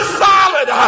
solid